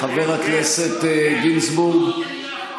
חבר הכנסת גינזבורג?